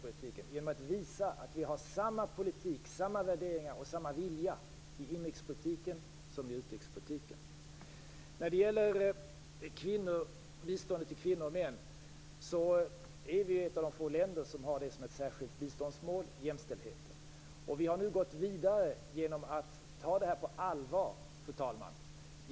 Vi skall visa att vi för samma politik, har samma värderingar och samma vilja i såväl inrikes som utrikespolitiken. Sedan var det biståndet till kvinnor och män. Sverige är ett av få länder som har jämställdhet som ett biståndsmål. Vi har gått vidare genom att ta denna fråga på allvar, fru talman.